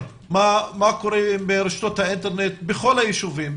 מה קורה עם רשתות האינטרנט בכל היישובים,